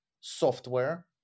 software